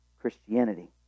Christianity